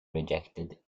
rejected